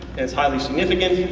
that's highly significant.